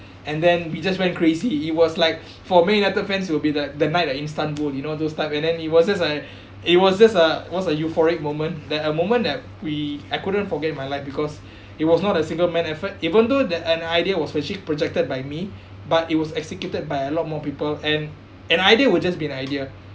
and then we just went crazy it was like for man united fans will be the the night at istanbul you know those type and then it was just a it was just a it was a euphoric moment that a moment that we I couldn't forget in my life because it was not a single man effort even though that an idea especially projected by me but it was executed by a lot more people and an idea would just be an idea